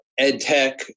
EdTech